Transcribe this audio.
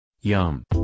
Yum